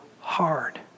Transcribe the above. hard